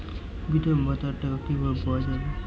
বিধবা ভাতার টাকা কিভাবে পাওয়া যাবে?